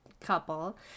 couple